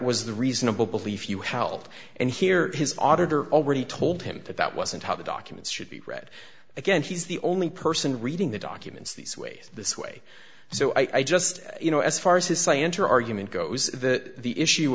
was the reasonable belief you howled and here his auditor already told him that that wasn't how the documents should be read again he's the only person reading the documents these ways this way so i just you know as far as his scienter argument goes that the issue